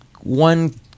one